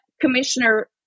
commissioner